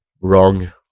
wrong